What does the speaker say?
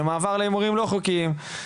למעבר להימורים לא חוקיים.